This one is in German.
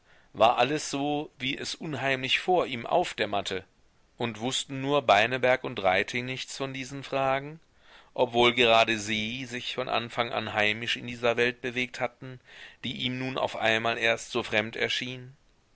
war alles so wie es unheimlich vor ihm aufdämmerte und wußten nur beineberg und reiting nichts von diesen fragen obwohl gerade sie sich von anfang an heimisch in dieser welt bewegt hatten die ihm nun auf einmal erst so fremd erschien